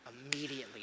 immediately